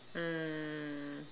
um